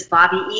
Bobby